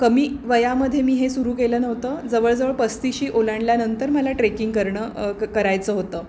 कमी वयामध्ये मी हे सुरू केलं नव्हतं जवळजवळ पस्तीशी ओलांडल्यानंतर मला ट्रेकिंग करणं क करायचं होतं